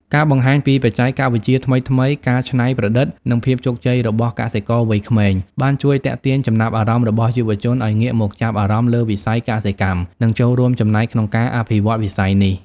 ការបង្ហាញពីបច្ចេកវិទ្យាថ្មីៗ ការច្នៃប្រឌិត និងភាពជោគជ័យរបស់កសិករវ័យក្មេង បានជួយទាក់ទាញចំណាប់អារម្មណ៍របស់យុវជនឲ្យងាកមកចាប់អារម្មណ៍លើវិស័យកសិកម្ម និងចូលរួមចំណែកក្នុងការអភិវឌ្ឍវិស័យនេះ។